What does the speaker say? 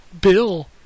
Bill